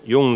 jung